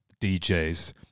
DJs